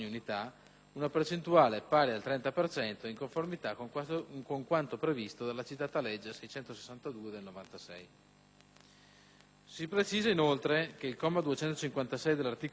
una percentuale pari al 30 per cento, in conformità con quanto previsto dalla citata legge n. 662 del 1996. Si precisa, inoltre, che il comma 256 dell'articolo 1